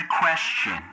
question